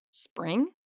Spring